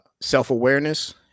self-awareness